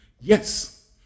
Yes